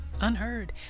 unheard